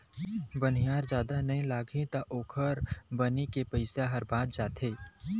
बनिहार जादा नइ लागही त ओखर बनी के पइसा ह बाच जाथे